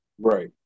Right